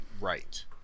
right